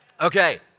Okay